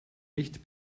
nicht